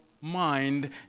mind